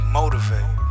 motivate